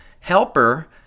helper